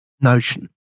Notion